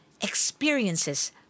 experiences